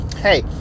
hey